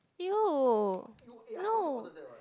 !eww! no